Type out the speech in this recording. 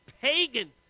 pagan